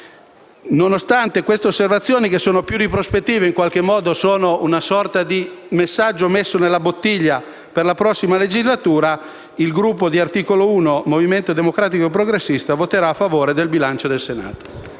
Nonostante queste osservazioni, che sono più di prospettiva e in qualche modo sono una sorta di messaggio messo nella bottiglia per la prossima legislatura, il Gruppo Articolo 1-Movimento democratico e progressista voterà a favore del bilancio del Senato.